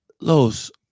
Los